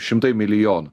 šimtai milijonų